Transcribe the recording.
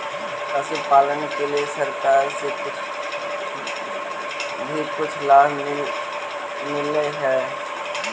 पशुपालन के लिए सरकार से भी कुछ लाभ मिलै हई?